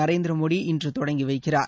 நரேந்திர மோடி இன்று தொடங்கி வைக்கிறார்